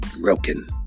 broken